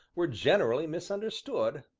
were generally misunderstood,